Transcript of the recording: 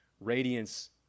radiance